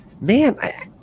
man